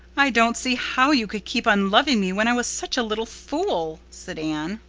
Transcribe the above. i don't see how you could keep on loving me when i was such a little fool, said anne.